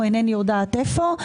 או אינני יודעת איפה.